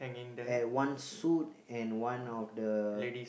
at one suit and one of the